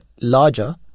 larger